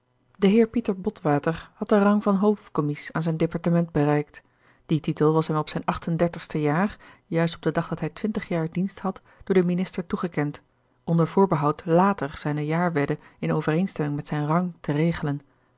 de heer pieter botwater had den rang van hoofdcommies aan zijn departement bereikt die titel was hem op zijn acht en dertigste jaar juist op den dag dat hij twintig jaar dienst had door den minister toegekend onder voorbehoud later zijne jaarwedde in overeenstemming met zijn rang te regelen